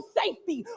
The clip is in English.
safety